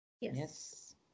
Yes